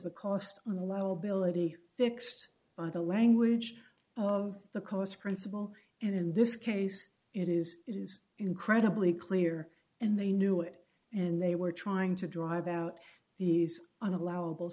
the cost on the law ability fixed by the language of the course principle and in this case it is it is incredibly clear and they knew it and they were trying to drive out these on allowable